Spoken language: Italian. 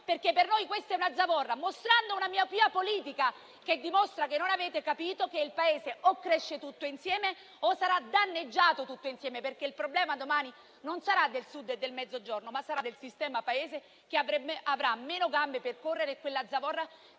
perché per noi questa è una zavorra", mostrando una miopia politica che dimostra che non avete capito che il Paese o cresce tutto insieme o sarà danneggiato tutto insieme. Il problema domani non sarà del Sud o del Mezzogiorno, ma sarà del sistema Paese, che avrà meno gambe per correre. Quella zavorra